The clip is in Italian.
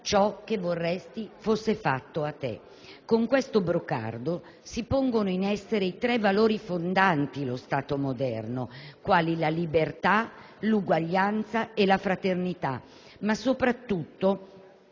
ciò che vorresti fosse fatto a te». Con questo brocardo si pongono in essere i tre valori fondanti lo Stato moderno, quali la libertà, l'uguaglianza e la fraternità. Ma soprattutto